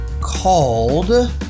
called